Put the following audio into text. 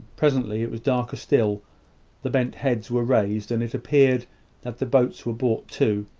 presently it was darker still the bent heads were raised, and it appeared that the boats were brought to,